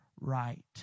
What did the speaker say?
right